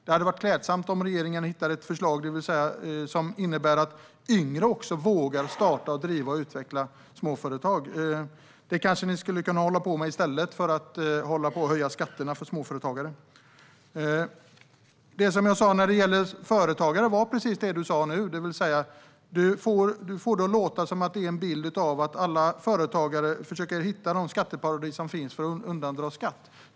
Det hade varit klädsamt om regeringen hade haft ett förslag som innebär att också yngre vågar starta, driva och utveckla småföretag. Det skulle ni kunna hålla på med i stället för att höja skatterna för småföretagare. Du ger en bild av att alla företagare försöker att hitta något skatteparadis för att undandra sig skatt.